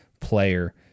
player